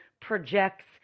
projects